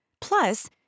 plus